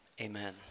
Amen